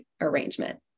arrangement